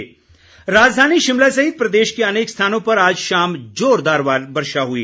मौसम राजधानी शिमला सहित प्रदेश के अनेक स्थानों पर आज शाम जोरदार वर्षा हुई